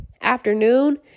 afternoon